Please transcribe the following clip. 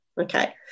Okay